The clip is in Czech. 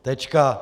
Tečka.